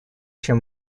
чем